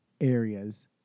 areas